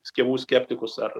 skiepų skeptikus ar